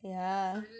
yeah